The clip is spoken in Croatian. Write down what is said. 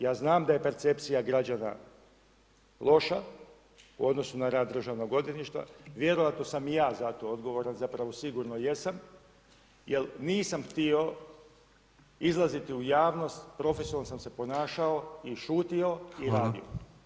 Ja znam da je percepcija građana loša u odnosu na rad državnog odvjetništva, vjerojatno sam i ja za to odgovoran, zapravo sigurno jesam, jel nisam htio izlaziti u javnost, profesionalno sam se ponašao i šutio i radio.